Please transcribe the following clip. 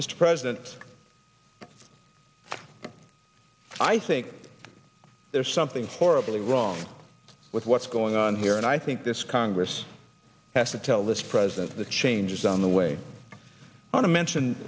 mr president i think there's something horribly wrong with what's going on here and i think this congress has to tell this president the changes on the way on to mention